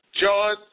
John